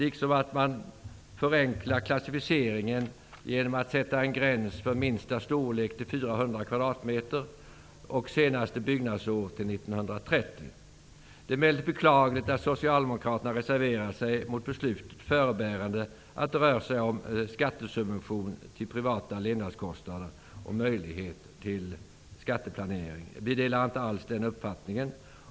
Dessutom förenklar man klassificeringen genom att sätta en gräns för minsta storlek, 400 kvadratmeter, och för senaste byggnadsår, år 1930. Det är emellertid beklagligt att Socialdemokraterna reserverar sig mot beslut förebärande att det rör sig om skattesubvention till privata levnadskostnader och om möjligheter till skatteplanering. Vi delar alls inte den uppfattningen.